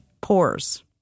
Pores